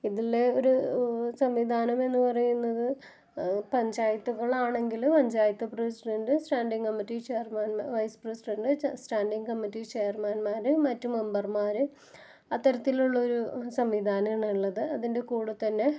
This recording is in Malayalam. ഇതിൽ ഒരു സംവിധാനമെന്നു പറയുന്നത് പഞ്ചായത്തുകളാണെങ്കിലും panchayat president standing committee chairman vice president standing committee ചെയര്മാന്മാർ മറ്റ് മെമ്പര്മാർ അത്തരത്തിലുള്ളൊരു സംവിധാനമാണുള്ളത് അതിന്റെ കൂടെ തന്നെ